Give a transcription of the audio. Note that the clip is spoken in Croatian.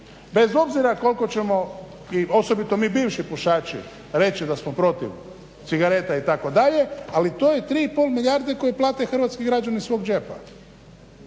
bez obzira koliko ćemo i osobito mi bivši pušači reći da smo protiv cigareta itd. Ali to je 3 i pol milijarde koje plate hrvatski građani iz svog džepa.